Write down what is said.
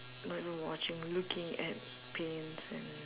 not even watching looking at paints and